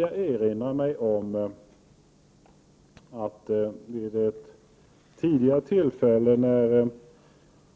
Jag erinrar mig ett tidigare tillfälle när